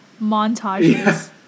montages